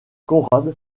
conrad